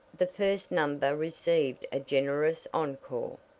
the first number received a generous encore,